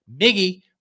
Miggy